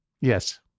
Yes